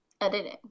editing